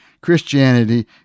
Christianity